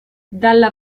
dalla